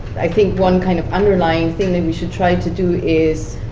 i think one kind of underlying thing that we should try to do is